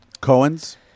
Cohen's